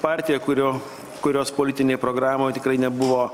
partija kurio kurios politinėj programoj tikrai nebuvo